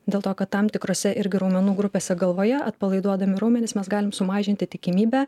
dėl to kad tam tikrose irgi raumenų grupėse galvoje atpalaiduodami raumenis mes galim sumažinti tikimybę